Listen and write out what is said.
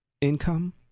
income